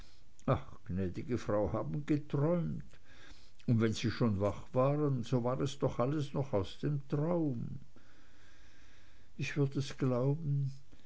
ach gnäd'ge frau haben geträumt und wenn sie schon wach waren so war es doch alles noch aus dem traum ich würd es glauben